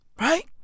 Right